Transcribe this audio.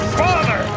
father